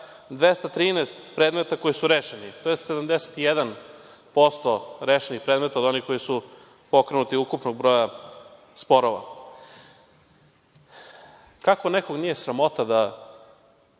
213 predmeta koji su rešeni, tj. 71% rešenih predmeta koji su pokrenuti od ukupnog broja sporova. Kako nekog nije sramota ko